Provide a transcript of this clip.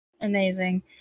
Amazing